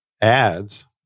ads